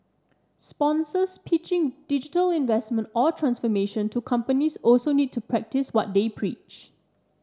sponsors pitching digital investment or transformation to companies also need to practice what they preach